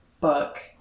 book